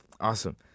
Awesome